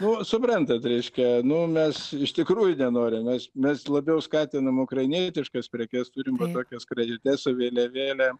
nu suprantat reiškia nu mes iš tikrųjų nenorim mes mes labiau skatinam ukrainietiškas prekes turim va tokias skrajutes su vėliavėle